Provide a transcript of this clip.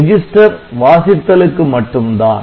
register வாசித்தலுக்கு மட்டும் தான்